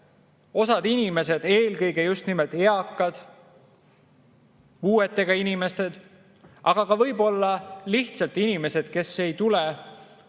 osa inimesi, eelkõige just nimelt eakad või puuetega inimesed, aga ka võib-olla lihtsalt inimesed, kes ei tule ots